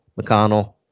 McConnell